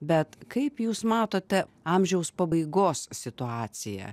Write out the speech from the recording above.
bet kaip jūs matote amžiaus pabaigos situaciją